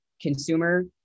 consumer